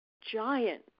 giant